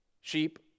sheep